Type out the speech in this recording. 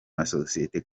masosiyete